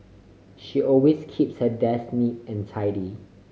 she always keeps her desk neat and tidy